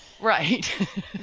Right